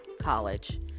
college